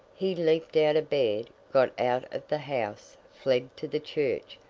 he leaped out of bed, got out of the house, fled to the church,